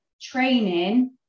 training